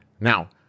Now